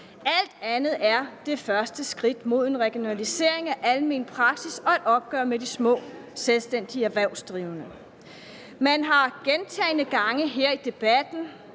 Alt andet er det første skridt mod en regionalisering af almen praksis og et opgør med de små selvstændige erhvervsdrivende. Vi har gentagne gange i debatten,